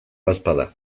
badaezpada